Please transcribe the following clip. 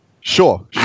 Sure